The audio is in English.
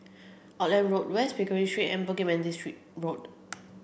Auckland Road West Pickering Street and Bukit Manis street Road